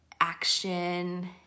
action